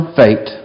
fate